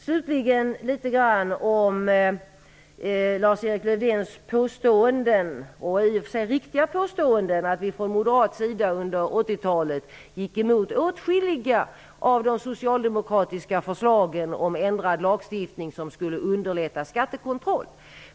Slutligen litet grand om Lars-Erik Lövdéns påståenden, som i och för sig är riktiga, om att vi från moderat sida under 80-talet gick emot åtskilliga av de socialdemokratiska förslagen om ändrad lagstiftning som skulle underlätta skattekontroll.